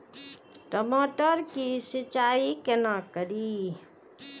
टमाटर की सीचाई केना करी?